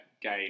game